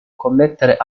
commettere